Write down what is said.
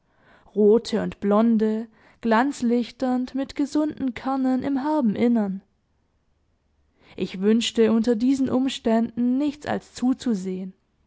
rote und blonde glanzlichternd mit gesunden kernen im herben innern ich wünschte unter diesen umständen nichts als zuzusehen